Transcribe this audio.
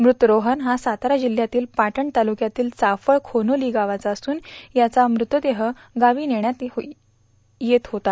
मृत रोहन झ सातारा जिल्ह्यातील पाटण तालुकयातील चाफळ खोनोली गावचा असून त्याचा मृतदेह गावी नेन्यात येत झेता